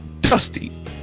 dusty